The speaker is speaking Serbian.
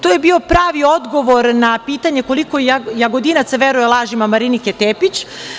To je bio pravi odgovor na pitanje koliko Jagodinaca veruje lažima Marinike Tepić.